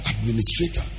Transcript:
administrator